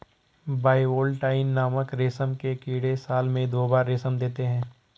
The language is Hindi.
बाइवोल्टाइन नामक रेशम के कीड़े साल में दो बार रेशम देते है